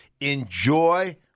enjoy